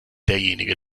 derjenige